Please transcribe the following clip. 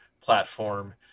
platform